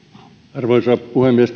arvoisa puhemies